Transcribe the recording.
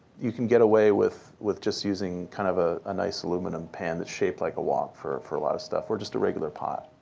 you can get away with with just using kind of a a nice aluminum pan that's shaped like a wok for a lot of stuff. or just a regular pot.